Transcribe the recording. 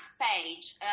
page